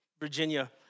Virginia